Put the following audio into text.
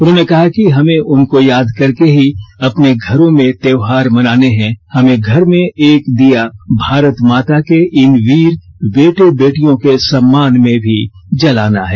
उन्होंने कहा कि हमें उनको याद करके ही अपने घरों में त्योहार मनाने हैं हमें घर में एक दीया भारत माता के इन वीर बेटे बेटियों के सम्मान में भी जलाना है